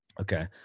Okay